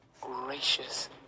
gracious